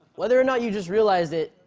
whether or not you just realize it,